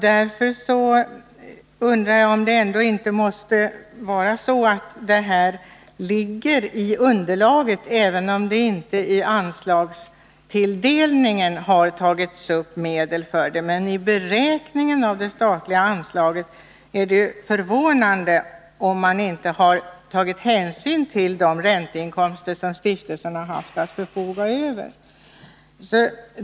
Därför undrar jag om inte ränteinkomsterna ändå ingår i underlaget, även om det vid anslagstilldelningen inte har tagits upp medel för dem. Men det är fövånande, om man vid beräkningen av det statliga anslaget inte har tagit hänsyn till de ränteinkomster som stiftelsen har haft att förfoga över.